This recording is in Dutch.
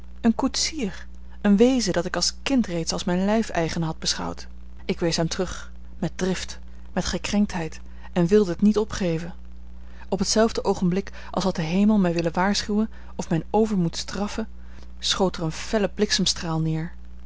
een koetsier een wezen dat ik als kind reeds als mijn lijfeigene had beschouwd ik wees hem terug met drift met gekrenktheid en wilde t niet opgeven op hetzelfde oogenblik als had de hemel mij willen waarschuwen of mijn overmoed straffen schoot er een felle bliksemstraal neer